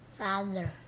father